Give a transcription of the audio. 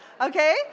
Okay